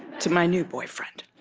to my new boyfriend.